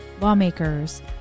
lawmakers